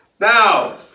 Now